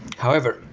however,